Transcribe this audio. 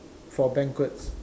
for banquets